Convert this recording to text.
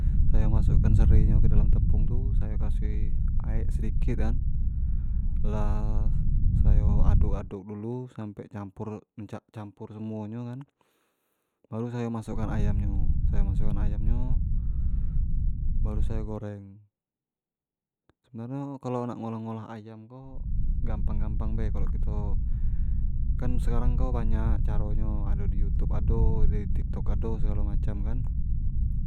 Sayo masuk kan sere nyo ke dalam tepung tu sayo kasih aek sedikit kan lahsayo aduk-aduk dulu sa-sampe campur semuo nyo kan, baru saya masuk kan ayam nyo, sayo masuk kan ayama nyo baru sayo goreng, sebenarnyo kalau nak ngolah-ngolah ayam ko, gampang-gampang bae kalo kito, kan sekarang ko banyak tu caro nyo di youtube ado, di tik tok ado sekarang kan.